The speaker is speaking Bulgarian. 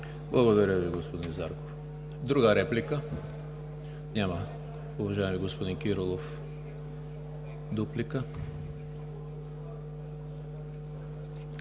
Благодаря Ви, господин Зарков. Друга реплика? Няма. Уважаеми господин Кирилов, дуплика.